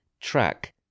track